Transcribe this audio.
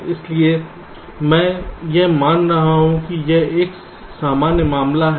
सलिए मैं यह मान रहा हूं कि यह एक सामान्य मामला है